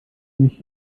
nicht